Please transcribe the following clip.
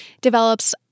develops